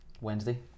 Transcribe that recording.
Wednesday